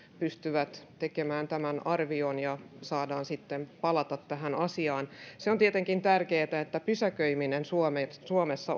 pystyvät tekemään tämän arvion ja saadaan sitten palata tähän asiaan on tietenkin tärkeätä että pysäköiminen suomessa